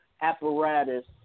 apparatus